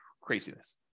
Craziness